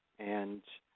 and